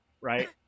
right